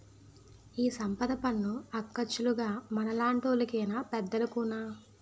ఈ సంపద పన్ను అక్కచ్చాలుగ మనలాంటోళ్లు కేనా పెద్దోలుకున్నా